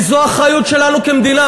כי זו האחריות שלנו כמדינה.